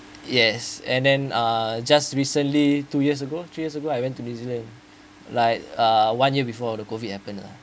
yes and then uh just recently two years ago three years ago I went to new zealand like uh one year before the COVID happened lah